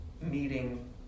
meeting